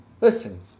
Listen